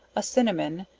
a cinnamon,